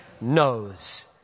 knows